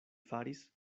faris